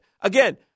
Again